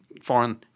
foreign